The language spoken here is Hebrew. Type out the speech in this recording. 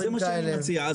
זה מה שאני מציע.